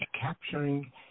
capturing